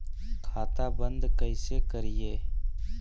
खाता बंद कैसे करिए?